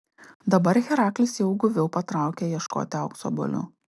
dabar heraklis jau guviau patraukė ieškoti aukso obuolių